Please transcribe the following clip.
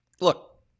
look